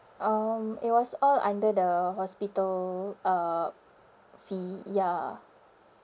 um it was all under the hospital uh fee ya